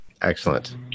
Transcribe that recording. Excellent